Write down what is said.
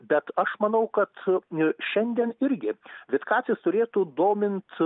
bet aš manau kad i šiandien irgi vitkacis turėtų domint